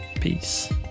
Peace